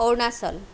Arunachal